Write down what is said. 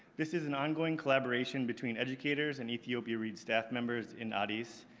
this is an ongoing collaboration between educators and ethiopia reads staff members in addis,